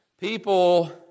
people